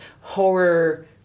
horror